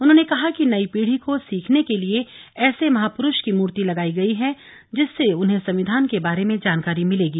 उन्होंने कहा कि नई पीढ़ी को सीखने के लिए ऐसे महापुरुष की मूर्ति लगाई गई है जिससे उन्हें संविधान के बारे में जानकारी मिलेगी